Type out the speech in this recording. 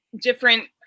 different